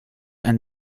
ein